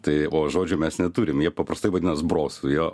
tai o žodžio mes neturim jie paprastai vadina zbrosu jo